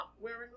wearing